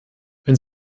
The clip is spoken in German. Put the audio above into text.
wenn